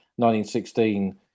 1916